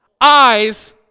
eyes